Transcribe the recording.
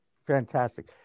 Fantastic